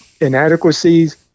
inadequacies